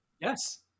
Yes